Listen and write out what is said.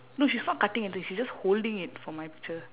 no she's not cutting anything she's just holding it for my picture